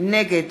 נגד